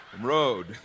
road